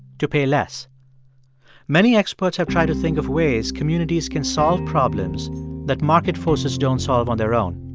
to pay less many experts have tried to think of ways communities can solve problems that market forces don't solve on their own.